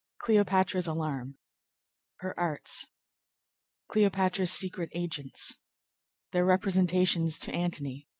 cleopatra's alarm her arts cleopatra's secret agents their representations to antony